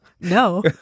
No